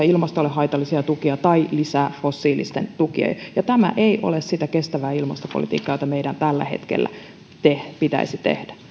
ilmastolle haitallisia tukia tai lisäävät fossiilisten tukia ja tämä ei ole sitä kestävää ilmastopolitiikkaa jota meidän tällä hetkellä pitäisi tehdä